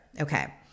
Okay